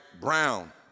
brown